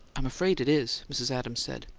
i'm afraid it is, mrs. adams said.